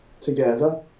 together